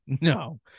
No